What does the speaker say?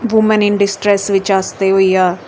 woman in distress बिच आस्तै होई गेआ